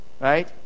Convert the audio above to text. Right